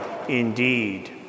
indeed